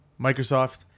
Microsoft